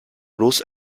bloß